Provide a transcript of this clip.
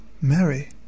Mary